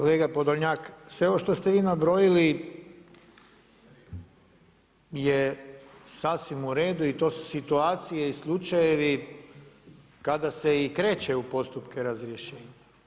Kolega Podolnjak, sveo ovo što ste vi nabrojili, je sasvim u redu i to su situacije i slučajevi kada se i kreće u postupke razrješenja.